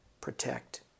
Protect